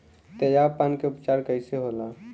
तेजाब पान के उपचार कईसे होला?